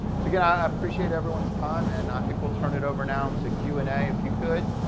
so again, i appreciate everyone's time, and i think we'll turn it over now to q and a. if you could,